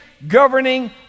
Governing